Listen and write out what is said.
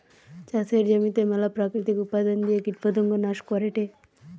চাষের জমিতে মেলা প্রাকৃতিক উপাদন দিয়ে কীটপতঙ্গ নাশ করেটে